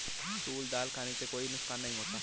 तूर दाल खाने से कोई नुकसान नहीं होता